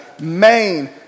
main